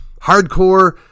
hardcore